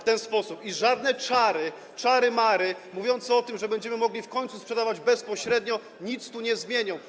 I żadne czary, czary-mary, mówiące o tym, że będziemy mogli w końcu sprzedawać bezpośrednio, nic tu nie zmienią.